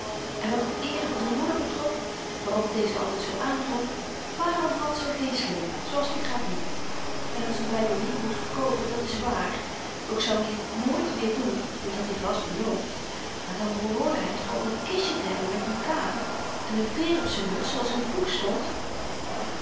en wat het eeren van z'n moeder betrof waarop deze altyd zoo aandrong waarom had ze geen sleep zooals die gravin hy had z'n bybel niet moeten verkoopen dat is waar ook zou i t nooit weerdoen dit had i vast beloofd maar dan behoorde hy toch ook n kistje te hebben met dukaten en n veer op z'n muts zooals in t boek stond